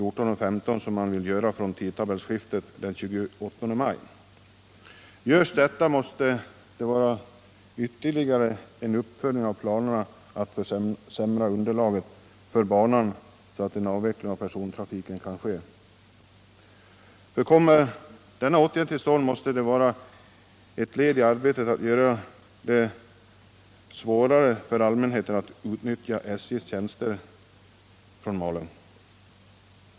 14.15, som man vill göra från tidtabellsskiftet den 28 maj. Sker detta måste det vara ytterligare en uppföljning av planerna att försämra underlaget för banan, så att en avveckling av persontrafiken kan företas. En sådan åtgärd — att tidigarelägga avgången av söndagståget — måste nämligen vara ett led i arbetet att göra det svårare för allmänheten att utnyttja SJ:s tjänster från Malung.